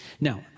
Now